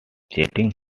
chatting